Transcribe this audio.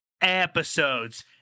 episodes